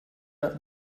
out